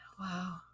Wow